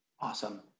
Awesome